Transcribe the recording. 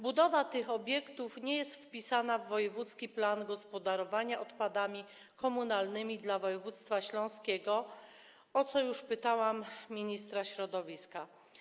Budowa tych obiektów nie jest wpisana w wojewódzki plan gospodarowania odpadami komunalnymi dla województwa śląskiego, o co już pytałam ministra środowiska.